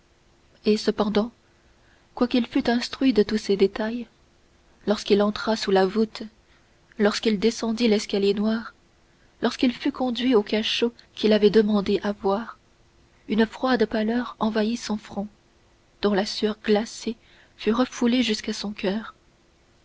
et cependant quoiqu'il fût instruit de tous ces détails lorsqu'il entra sous la voûte lorsqu'il descendit l'escalier noir lorsqu'il fut conduit aux cachots qu'il avait demandé à voir une froide pâleur envahit son front dont la sueur glacée fut refoulée jusqu'à son coeur